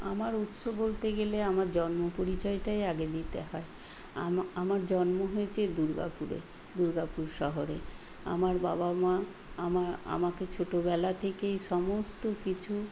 আমার উৎস বলতে গেলে আমার জন্ম পরিচয়টাই আগে দিতে হয় আমার জন্ম হয়েছে দুর্গাপুরে দুর্গাপুর শহরে আমার বাবা মা আমার আমাকে ছোটবেলা থেকেই সমস্ত কিছু